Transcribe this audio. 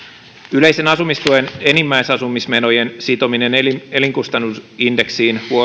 yleisen asumistuen enimmäisasumismenojen sitominen elinkustannusindeksiin